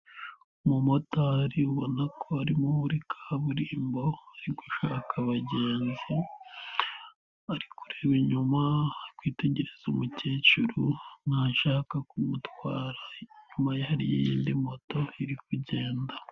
Umumotari ubona ko arimo muri kaburimbo ari gushaka abagenzi ari kureba inyuma ari kwitegereza umukecuru nkaho ashaka kumutwara, inyuma hari indi moto iri kugenda.